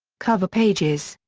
cover pages.